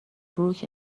بروک